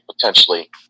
potentially